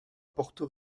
porto